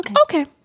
Okay